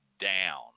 down